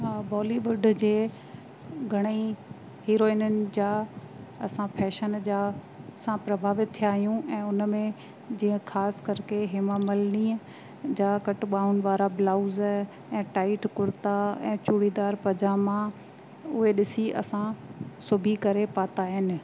हा बॉलीवुड जे घणे ई हीरोइननि जा असां फैशन जा असां प्रभावित थिया आहियूं ऐं उन में जीअं ख़ासि कर के हेमा मालिनी जा कट बाहूनि वारा ब्लाउज ऐं टाइट कुर्ता ऐं चुड़ीदार पजामा उहे ॾिसी असां सिबी करे पाता आहिनि